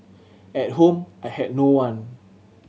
at home I had no one